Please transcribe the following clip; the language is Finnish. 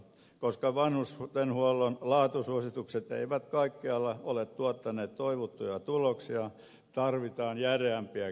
koska vanhustenhuollon laatusuositukset eivät kaikkialla ole tuottaneet toivottuja tuloksia tarvitaan järeämpiä keinoja